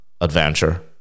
Adventure